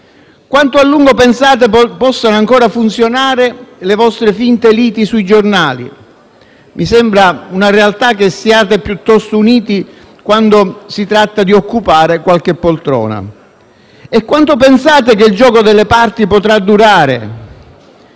Quanto a lungo pensate possano ancora funzionare le vostre finte liti sui giornali? Mi sembra invece una realtà che siete piuttosto uniti quando si tratta di occupare qualche poltrona. Quanto pensate che il gioco delle parti potrà durare,